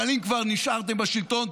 אבל אם כבר נשארתם בשלטון,